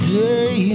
day